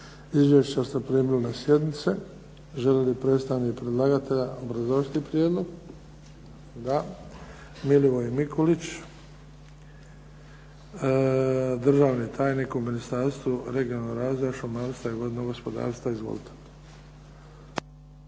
Izvješća ste primili na sjednici. Želi li predstavnik predlagatelja dodatno obrazložiti prijedlog? Da. Milivoj Mikulić držani tajnik u Ministarstvu regionalnog razvoja, šumarstva i vodnog gospodarstva. Izvolite.